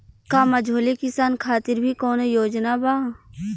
का मझोले किसान खातिर भी कौनो योजना बा?